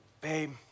babe